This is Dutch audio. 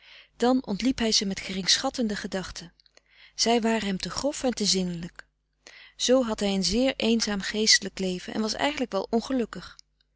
dan ontliep hij ze met geringschattende gedachten zij waren hem te grof en te zinnelijk zoo frederik van eeden van de koele meren des doods had hij een zeer eenzaam geestelijk leven en was eigenlijk wel ongelukkig